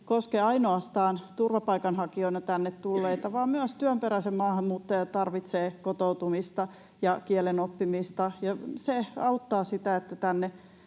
koske ainoastaan turvapaikanhakijoina tänne tulleita, vaan myös työperäinen maahanmuuttaja tarvitsee kotoutumista ja kielen oppimista, ja se auttaa sitä, että tänne